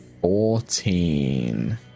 Fourteen